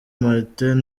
martin